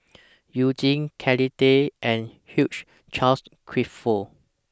YOU Jin Kelly Tang and Hugh Charles Clifford